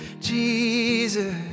Jesus